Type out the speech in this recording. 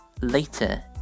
later